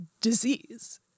disease